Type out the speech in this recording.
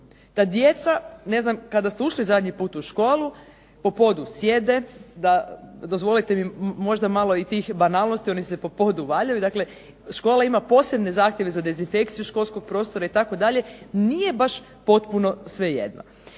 DA djeca, ne znam kada ste ušli zadnji put u školu da djeca po podu sjede, dozvolite mi malo tih banalnosti oni se po podu valjaju, dakle škola ima posebne zahtjeve za dezinfekciju školskog prostora itd, nije baš potpuno svejedno.